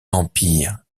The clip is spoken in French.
l’empire